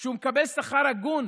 שהוא מקבל שכר הגון